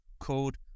called